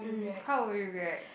um how would you react